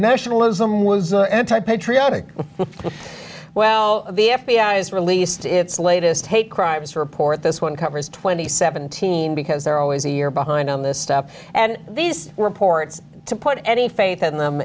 nationalism was an anti patriotic well the f b i has released its latest hate crimes report this one covers twenty seventeen because they're always a year behind on this stuff and these reports to put any faith in them